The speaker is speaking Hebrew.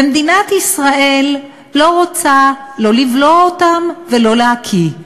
ומדינת ישראל לא רוצה לא לבלוע אותם ולא להקיא.